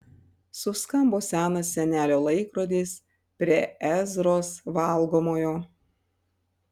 suskambo senas senelio laikrodis prie ezros valgomojo